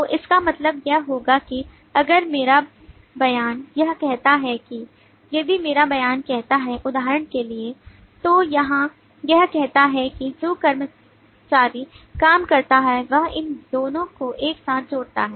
तो इसका मतलब यह होगा कि अगर मेरा बयान यह कहता है कि यदि मेरा बयान कहता है उदाहरण के लिए तो यहाँ यह कहता है कि जो कर्मचारी काम करता है वह इन दोनों को एक साथ जोड़ता है